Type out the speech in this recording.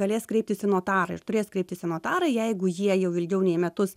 galės kreiptis į notarą ir turės kreiptis į notarą jeigu jie jau ilgiau nei metus